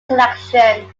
collection